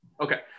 okay